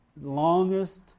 longest